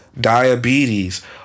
diabetes